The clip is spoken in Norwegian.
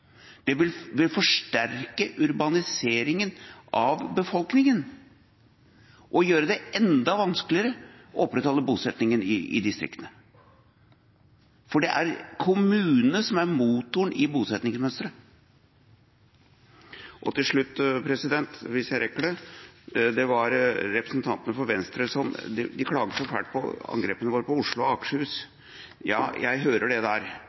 Det vil forsterke urbaniseringa av befolkninga og gjøre det enda vanskeligere å opprettholde bosetninga i distriktene, for det er kommunene som er motoren i bosetningsmønsteret. Til slutt, hvis jeg rekker det: Det var representantene for Venstre som klaget så fælt på angrepene våre på Oslo og Akershus. Ja, jeg hører det,